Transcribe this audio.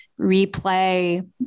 replay